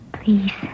Please